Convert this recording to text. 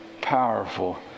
powerful